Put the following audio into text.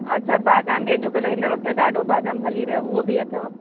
अच्छा बादाम बि अॼुकल हिन वक़्तु त ॾाढो बादाम हली रहियो उहो बि अथव